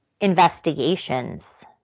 Investigations